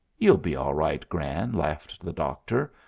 you'll be all right, gran, laughed the doctor.